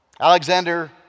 Alexander